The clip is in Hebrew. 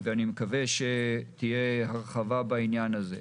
ואני מקווה שתהיה הרחבה בעניין הזה.